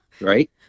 right